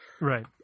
right